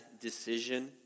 decision